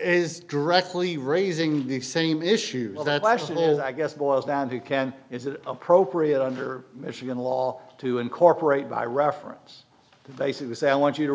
is directly raising the same issue i guess boils down to can is it appropriate under michigan law to incorporate by reference to basically say i want you to